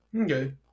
Okay